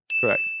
Correct